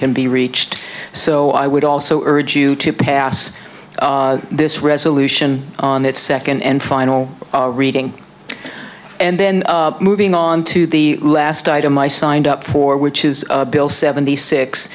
can be reached so i would also urge you to pass this resolution on that second and final reading and then moving on to the last item i signed up for which is bill seventy six